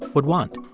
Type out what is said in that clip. would want.